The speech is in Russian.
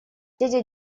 дядя